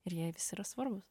ir jie visi yra svarbus